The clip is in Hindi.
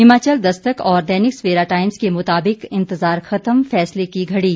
हिमाचल दस्तक और दैनिक सवेरा टाईम्स के मुताबिक इंतजार खत्म फैसले की घड़ी